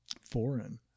foreign